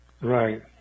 Right